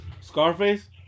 Scarface